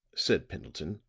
said pendleton,